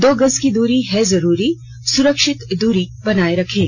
दो गज की दूरी है जरूरी सुरक्षित दूरी बनाए रखें